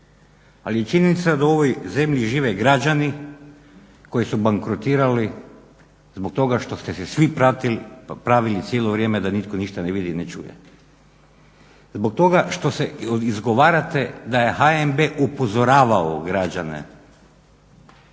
je činjenica da u ovoj zemlji žive građani koji su bankrotirali zbog toga što ste se svi pravili cijelo vrijeme da nitko ništa ne vidi i ne čuje. Zbog toga što se izgovarate da je HNB upozoravao građane,